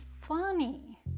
funny